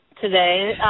today